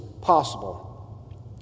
possible